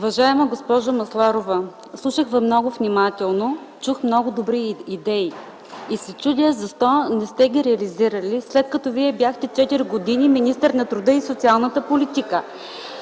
Уважаема госпожо Масларова, слушах Ви много внимателно, чух много добри идеи и се чудя защо не сте ги реализирали, след като Вие бяхте четири години министър на труда и социалната политика?